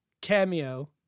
cameo